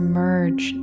merge